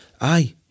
aye